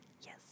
yes